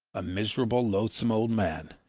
a miserable, loathsome old man,